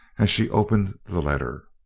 as she opened the letter.